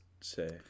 say